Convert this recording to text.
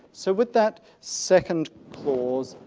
so with that second clause